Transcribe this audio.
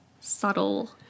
subtle